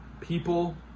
people